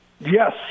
yes